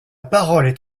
parole